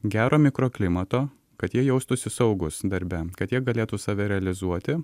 gero mikroklimato kad jie jaustųsi saugūs darbe kad jie galėtų save realizuoti